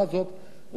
אבל אין מה לעשות,